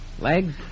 Legs